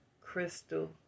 crystal